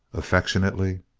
affectionately,